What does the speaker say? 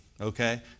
Okay